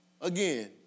Again